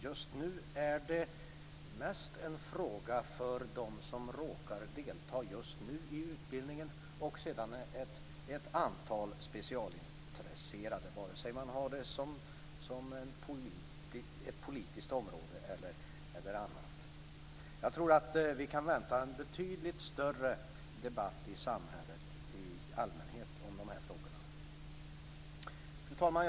Just nu är det mest en fråga för dem som råkar delta just nu i utbildningen och för ett antal specialintresserade, vare sig de har det som ett politiskt område eller något annat. Jag tror att vi kan vänta en betydligt större debatt i samhället i allmänhet om dessa frågor. Fru talman!